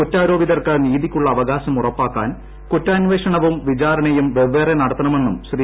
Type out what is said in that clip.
കുറ്റാരോപിതർക്ക് നീത്തിക്കുള്ള അവകാശം ഉറപ്പാക്കാൻ കുറ്റാന്വേഷണവും വിചാരണും പ്പെവ്വേറെ നടത്തണമെന്നും ശ്രീ